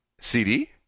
CD